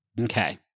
Okay